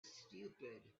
stupid